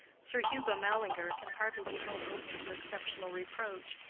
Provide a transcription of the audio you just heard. sir hugo mallinger can hardly be held open to exceptional reproach.